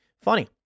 Funny